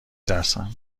ترسم